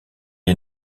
est